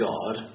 God